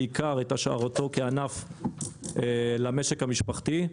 בעיקר את השארתו כענף למשק המשפחתי.